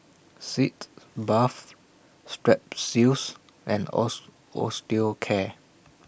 Sitz Bath Strepsils and Osteocare